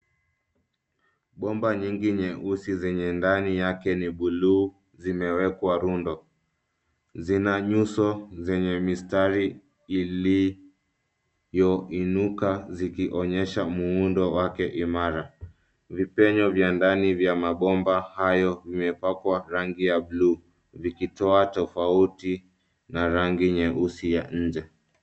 Bomba nyingi nyeusi zenye ndani yake ni bluu zimewekwa rundo. Zina nyuso zenye mistari iliyoinuka zikionyesha muundo wake imara. Vipenyo vya ndani vya mabomba hayo vimepakwa rangi ya bluu vikitoa tofauti na rangi nyeusi ya nje.